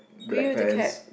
black pants